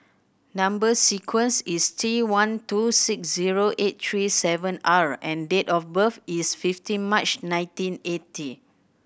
number sequence is T one two six zero eight three seven R and date of birth is fifteen March nineteen eighty